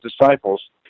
disciples